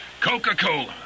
Coca-Cola